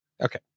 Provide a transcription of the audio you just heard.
Okay